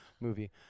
movie